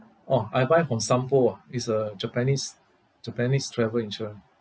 orh I buy from Sompo ah is a japanese japanese travel insurance